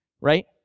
right